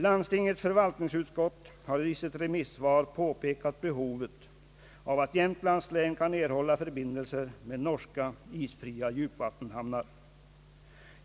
Landstingets förvaltningsutskott har i sitt remissvar påpekat behovet av att Jämtlands län erhåller förbindelser med norska isfria djupvattenhamnar.